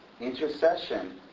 Intercession